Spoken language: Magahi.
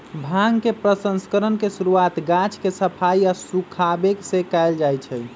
भांग के प्रसंस्करण के शुरुआत गाछ के सफाई आऽ सुखाबे से कयल जाइ छइ